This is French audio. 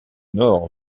nord